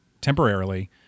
temporarily